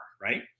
right